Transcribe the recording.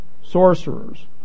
sorcerers